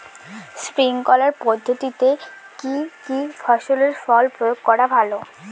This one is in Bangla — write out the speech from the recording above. স্প্রিঙ্কলার পদ্ধতিতে কি কী ফসলে জল প্রয়োগ করা ভালো?